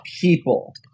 people